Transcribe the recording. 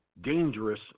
dangerous